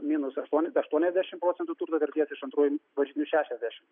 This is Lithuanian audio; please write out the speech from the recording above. minus aštuoni aštuoniasdešimt procentų turto vertės iš antrųjų varžytinių šešiasdešimt